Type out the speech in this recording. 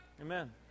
Amen